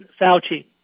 Fauci